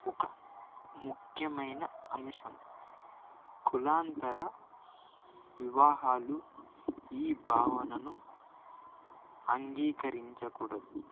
ఒక ముఖ్యమైన అంశం కులాంతర వివాహాలు ఈ భావనను అంగీకరించకూడదు